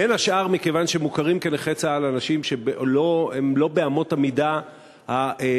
בין השאר כיוון שמוכרים כנכי צה"ל אנשים שהם לא באמות המידה שאתה,